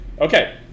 Okay